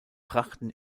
brachten